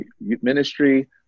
ministry